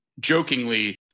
jokingly